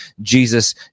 Jesus